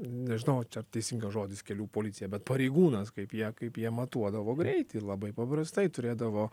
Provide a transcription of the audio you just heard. nežinau ar teisingas žodis kelių policija bet pareigūnas kaip jie kaip jie matuodavo greitį ir labai paprastai turėdavo